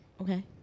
Okay